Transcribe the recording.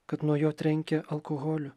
kad nuo jo trenkia alkoholiu